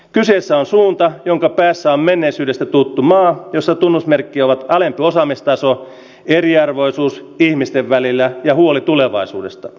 kyseessä on suunta jonka päässä on menneisyydestä tuttu maa jossa tunnusmerkki ovat kalen osaamistasoa eriarvoisuus ihmisten välillä ja huoli tulevaisuudesta